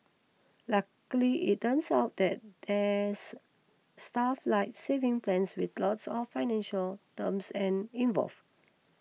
luckily it turns out that there's stuff like savings plans with lots of financial terms an involved